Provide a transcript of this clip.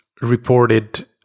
reported